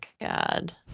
god